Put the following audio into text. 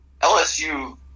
LSU